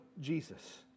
Jesus